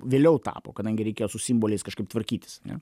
vėliau tapo kadangi reikėjo su simboliais kažkaip tvarkytis ane